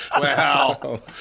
Wow